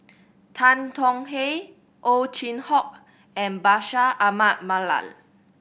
Tan Tong Hye Ow Chin Hock and Bashir Ahmad Mallal